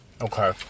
Okay